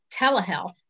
telehealth